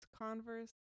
converse